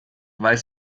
weiß